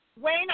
Wayne